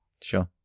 sure